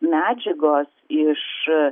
medžiagos iš